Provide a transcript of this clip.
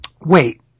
Wait